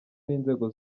n’inzego